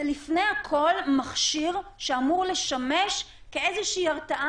זה לפני הכול מכשיר שאמור לשמש איזושהי הרתעה